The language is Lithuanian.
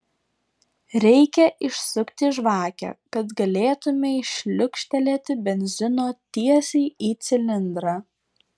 reikia išsukti žvakę kad galėtumei šliukštelėti benzino tiesiai į cilindrą